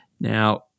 Now